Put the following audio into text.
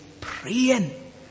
praying